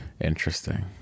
Interesting